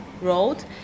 road